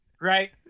right